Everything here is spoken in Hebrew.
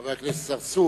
חבר הכנסת צרצור,